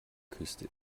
küste